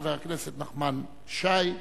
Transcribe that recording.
חבר הכנסת נחמן שי,